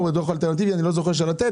או בדוח האלטרנטיבי של לתת,